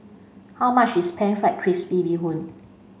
how much is pan fried crispy Bee Hoon